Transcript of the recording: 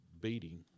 beating